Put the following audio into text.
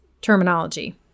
terminology